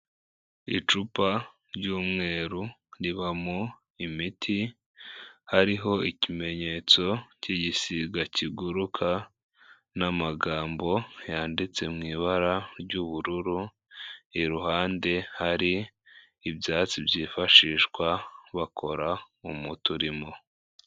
Icupa ry'umweru riba mo imiti hariho ikimenyetso cy'igisiga kiguruka n'amagambo yanditse mu ibara ry'ubururu iruhande hari ibyatsi byifashishwa bakora umuti urimo.